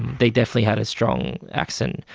they definitely had a strong accent,